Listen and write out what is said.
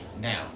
now